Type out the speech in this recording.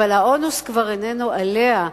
אבל העומס כבר איננו עליה,